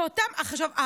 עכשיו,